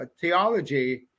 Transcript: theology